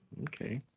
okay